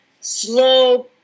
slow